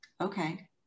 okay